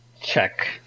check